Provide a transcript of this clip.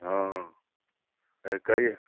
हँ कहि